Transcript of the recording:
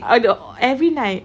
I don~ every night